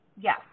yes